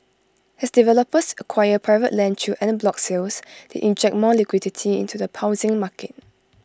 as developers acquire private land through en bloc sales they inject more liquidity into the housing market